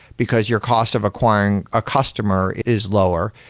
because your cost of acquiring a customer is lower,